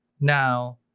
Now